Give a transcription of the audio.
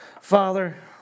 Father